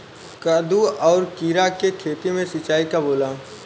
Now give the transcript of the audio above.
कदु और किरा के खेती में सिंचाई कब होला?